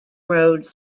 road